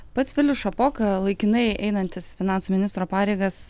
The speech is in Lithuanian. pats vilius šapoka laikinai einantis finansų ministro pareigas